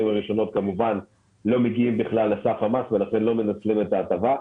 הראשונות כמובן לא מגיעים לסף המס ולכן לא מנצלים את ההטבה.